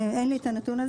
אין לי את הנתון הזה.